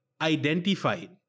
identified